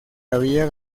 había